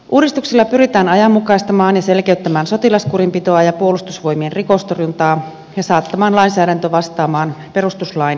uudistuksella pyritään ajanmukaistamaan ja selkeyttämään sotilaskurinpitoa ja puolustusvoimien rikostorjuntaa ja saattamaan lainsäädäntö vastaamaan perustuslain vaateita